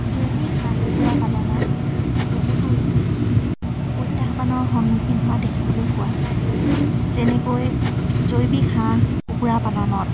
জৈৱিক হাঁহ কুকুৰা পালনত বহুতো প্ৰত্যাহ্বানৰ সন্মুখীন হোৱা দেখিবলৈ পোৱা যায় যেনেকৈ জৈৱিক হাঁহ কুকুৰা পালনত